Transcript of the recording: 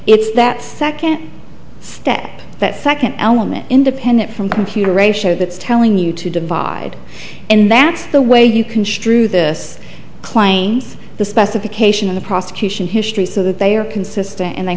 it's that second step that second element independent from computer a show that's telling you to divide and that's the way you construe this claims the specification in the prosecution history so that they are consistent and they